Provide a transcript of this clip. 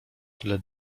tyle